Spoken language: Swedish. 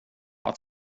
att